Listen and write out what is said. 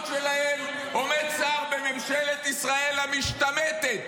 בתוך המשפחות שלהם עומד שר בממשלת ישראל המשתמטת,